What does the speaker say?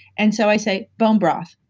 and so i say, bone broth.